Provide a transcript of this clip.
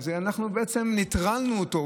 ואז אנחנו בעצם נטרלנו אותו.